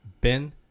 Ben